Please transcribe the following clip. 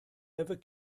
ever